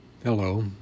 Hello